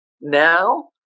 now